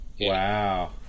Wow